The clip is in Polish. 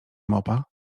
mopa